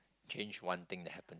change one thing that happen